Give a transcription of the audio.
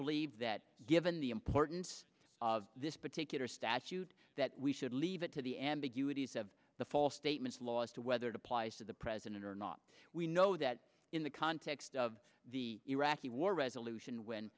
believe that given the importance of this particular statute that we should leave it to the ambiguity is of the false statements laws to whether to apply for the president or not we know that in the context of the iraqi war resolution when